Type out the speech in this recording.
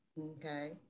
Okay